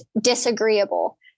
disagreeable